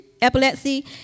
epilepsy